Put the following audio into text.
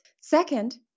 Second